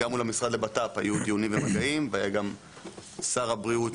גם מול המשרד לבט"פ היו מגעים, וגם שר הבריאות